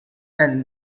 and